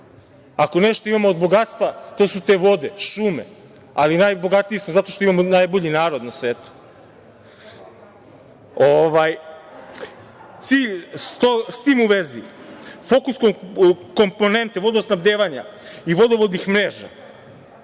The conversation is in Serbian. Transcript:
Ako nešto imamo od bogatstva to su te vode, šume, ali najbogatiji smo zato što imamo najbolji narod na svetu. S tim u vezi, fokus komponente vodosnabdevanja i vodovodnih mreža